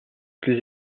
plus